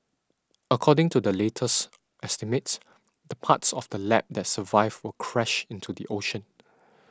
according to the latest estimates the parts of the lab that survive will crash into the ocean